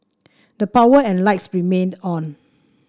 the power and lights remained on